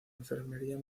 enfermería